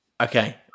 Okay